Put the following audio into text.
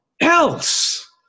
else